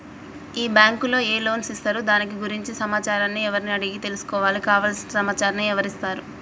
ఈ బ్యాంకులో ఏ లోన్స్ ఇస్తారు దాని గురించి సమాచారాన్ని ఎవరిని అడిగి తెలుసుకోవాలి? కావలసిన సమాచారాన్ని ఎవరిస్తారు?